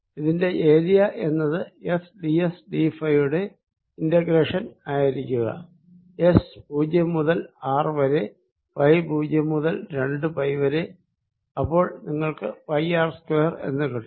ഇതിന്റെ ഏരിയ എന്നത് S D S D phi യുടെ ഇന്റഗ്രേഷൻ ആയിരിക്കുക എസ് പൂജ്യം മുതൽ ആർ വരെ ഫൈ പൂജ്യം മുതൽ രണ്ടു പൈ വരെ അപ്പോൾ നിങ്ങൾക്ക് പൈ ആർ സ്ക്വയർ എന്ന് കിട്ടും